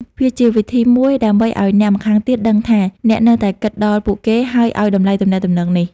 វាជាវិធីមួយដើម្បីឲ្យអ្នកម្ខាងទៀតដឹងថាអ្នកនៅតែគិតដល់ពួកគេ ហើយឲ្យតម្លៃទំនាក់ទំនងនេះ។